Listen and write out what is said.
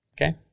Okay